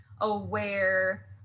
aware